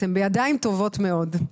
אתם בידיים טובות מאוד.